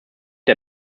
der